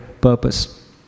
purpose